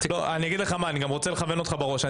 אני גם רוצה לכוון אותך בראש.